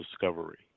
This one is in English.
discovery